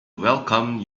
welcome